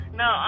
no